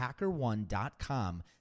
hackerone.com